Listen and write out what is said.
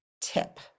tip